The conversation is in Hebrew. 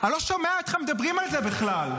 אני לא שומע אתכם מדברים על זה בכלל.